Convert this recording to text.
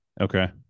Okay